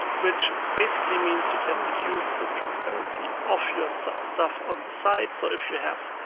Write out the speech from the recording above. which basically means you can reduce the transparency of your so stuff on the side. so if you have,